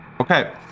Okay